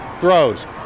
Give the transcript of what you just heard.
throws